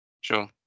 Sure